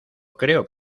creo